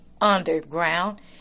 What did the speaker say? underground